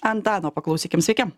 antano paklausykime sveiki